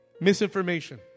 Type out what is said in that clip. Misinformation